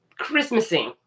Christmasing